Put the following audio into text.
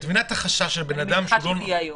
אני מניחה שהתשובה תהיה היום.